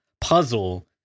puzzle